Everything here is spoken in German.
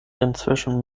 inzwischen